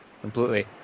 Completely